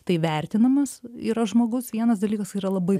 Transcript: tai vertinamas yra žmogus vienas dalykas yra labai